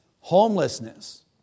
homelessness